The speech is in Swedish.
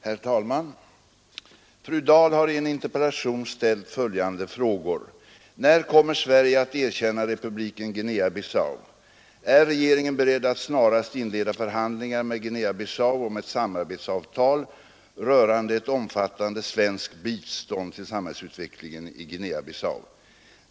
Herr talman! Fru Dahl har i en interpellation ställt följande frågor: 1. När kommer Sverige att erkänna republiken Guinea-Bissau? 2. Är regeringen beredd att snarast inleda förhandlingar med Guinea Bissau om ett samarbetsavtal rörande ett omfattande svenskt bistånd till sam hällsutvecklingen i Guinea-Bissau? 3.